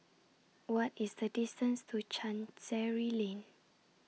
What IS The distance to Chancery Lane